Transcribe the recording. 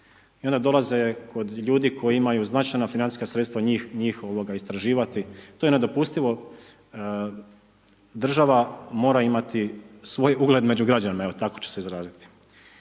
i onda dolaze kod ljudi koji imaju značajna financijska sredstva, njih istraživati, to je nedopustivo. Država mora imati svoj ugled među građanima, evo tako ću se izraziti.